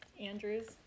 Andrew's